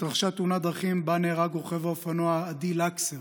התרחשה תאונת דרכים שבה נהרג רוכב האופנוע עדי לקסר,